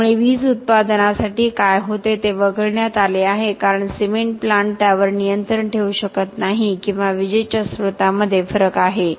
त्यामुळे वीज उत्पादनासाठी काय होते ते वगळण्यात आले आहे कारण सिमेंट प्लांट त्यावर नियंत्रण ठेवू शकत नाही किंवा विजेच्या स्त्रोतामध्ये फरक आहे